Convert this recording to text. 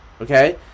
okay